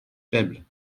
faible